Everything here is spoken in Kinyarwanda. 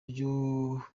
nibwo